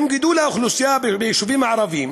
עם גידול האוכלוסייה ביישובים הערביים